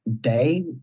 day